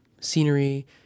scenery